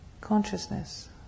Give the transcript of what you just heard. consciousness